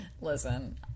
listen